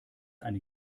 eine